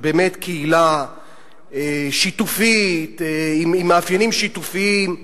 באמת קהילה שיתופית עם מאפיינים שיתופיים,